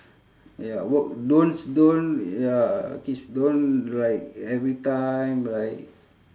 ya work don't s~ don't ya don't like every time like